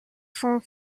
sont